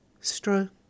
Stroke